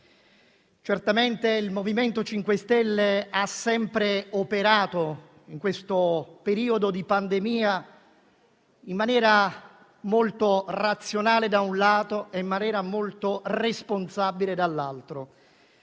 sostegni. Il MoVimento 5 Stelle ha sempre operato, in questo periodo di pandemia, in maniera molto razionale da un lato, e in maniera molto responsabile dall'altro.